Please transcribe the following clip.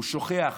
הוא שוכח